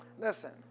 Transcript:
listen